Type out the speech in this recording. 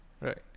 right